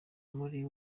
muri